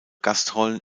gastrollen